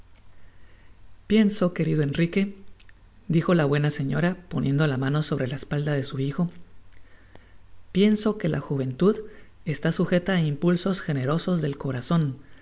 pienso querido enrique dijo la buena señora poniendo la mano sobre la espalda de su hijo pienso que la juventud está sujeta á impulsos generosos del corazon